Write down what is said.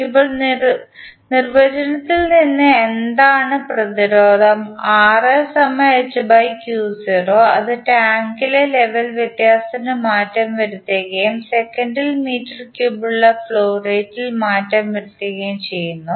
ഇപ്പോൾ നിർവചനത്തിൽ നിന്ന് എന്താണ് പ്രതിരോധം അത് ടാങ്കിലെ ലെവൽ വ്യത്യാസത്തിൽ മാറ്റം വരുത്തുകയും സെക്കൻഡിൽ മീറ്റർ ക്യൂബിലുള്ള ഫ്ലോ റേറ്റിൽ മാറ്റം വരുത്തുകയും ചെയ്യുന്നു